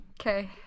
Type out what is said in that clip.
Okay